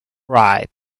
right